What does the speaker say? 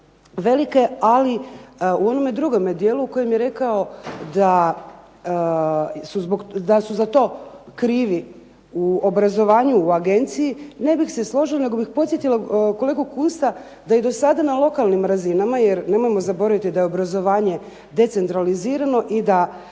velike. Ali u onome drugome dijelu u kojem je rekao da su za to krivi u obrazovanju u agenciji ne bih se složila nego bih podsjetila kolegu Kunsta da i do sada na lokalnim razinama jer nemojmo zaboraviti da je obrazovanje decentralizirano i da